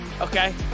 Okay